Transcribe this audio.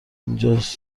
اینجاس